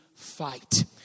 fight